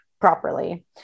properly